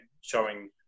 showing